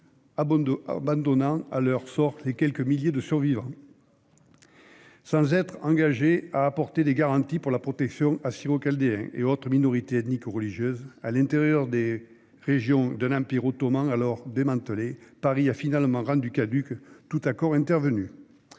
abandonnant à leur sort ses quelques milliers de survivants. Après s'être engagé à apporter des garanties pour la protection des Assyro-Chaldéens et d'autres minorités ethniques ou religieuses à l'intérieur des régions d'un empire ottoman alors démantelé, Paris a finalement rendu caduc tout accord intervenu.